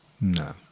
No